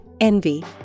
envy